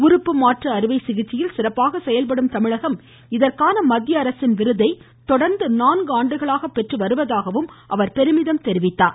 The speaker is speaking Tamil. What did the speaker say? உறுப்பு மாற்று அறுவை சிகிச்சையில் சிறப்பாக செயல்படும் தமிழகம் இதற்கான மத்திய அரசின் விருதை தொடா்ந்து நான்கு ஆண்டுகளாக பெற்று வருவதாகவும் அவர் பெருமிதம் தெரிவித்தார்